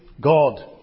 God